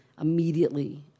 immediately